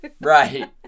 Right